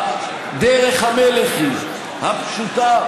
דרך המלך הפשוטה,